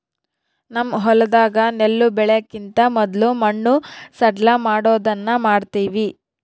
ನಮ್ಮ ಹೊಲದಾಗ ನೆಲ್ಲು ಬೆಳೆಕಿಂತ ಮೊದ್ಲು ಮಣ್ಣು ಸಡ್ಲಮಾಡೊದನ್ನ ಮಾಡ್ತವಿ